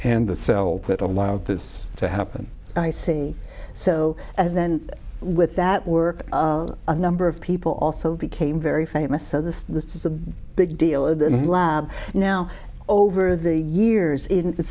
and the cell that allowed this to happen and i sing so and then with that work a number of people also became very famous so this this is a big deal in the lab now over the years in